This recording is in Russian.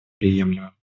приемлемым